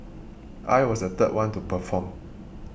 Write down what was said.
I was the third one to perform